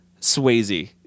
Swayze